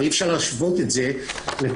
ואי-אפשר להשוות את זה לקולונוסקופיה.